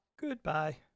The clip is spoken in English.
Goodbye